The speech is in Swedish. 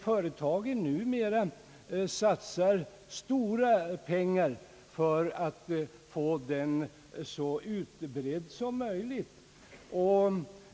Företagen satsar numera stora pengar på att få den så utbredd som möjligt.